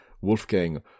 Wolfgang